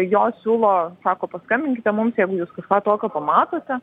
jos siūlo sako paskambinkite mums jeigu jūs kažką tokio pamatote